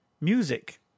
music